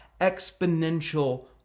exponential